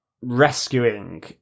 rescuing